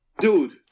Dude